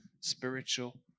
spiritual